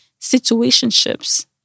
situationships